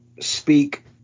speak